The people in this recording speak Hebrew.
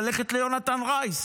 ללכת ליהונתן רייס.